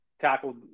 tackled